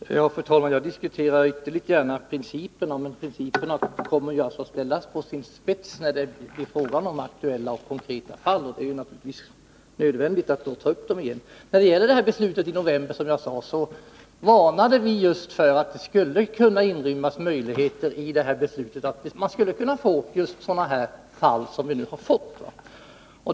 Fru talman! Jag diskuterar ytterligt gärna principerna, men principerna kommer ju att ställas på sin spets när det blir fråga om konkreta fall, och därför är det nödvändigt att diskutera dem. I samband med beslutet i november varnade vi just för att beslutet inrymde möjligheter att vi skulle kunna få sådana fall som vi nu fått.